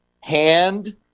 hand